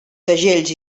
segells